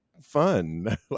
fun